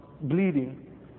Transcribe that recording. bleeding